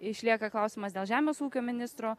išlieka klausimas dėl žemės ūkio ministro